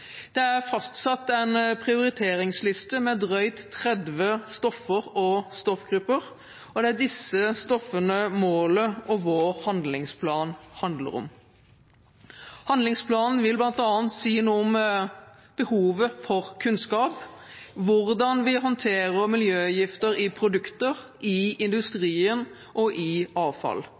Det er fastsatt en prioriteringsliste med drøyt 30 stoffer og stoffgrupper, og det er disse stoffene målet og vår handlingsplan handler om. Handlingsplanen vil bl.a. si noe om behovet for kunnskap, hvordan vi håndterer miljøgifter i produkter, i industrien og i avfall.